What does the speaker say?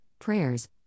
prayers